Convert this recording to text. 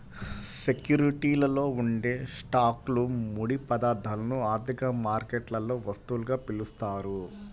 సెక్యూరిటీలలో ఉండే స్టాక్లు, ముడి పదార్థాలను ఆర్థిక మార్కెట్లలో వస్తువులుగా పిలుస్తారు